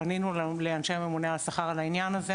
פנינו לאנשי הממונה על השכר על העניין הזה,